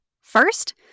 First